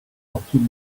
rocky